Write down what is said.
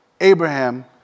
Abraham